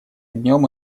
днем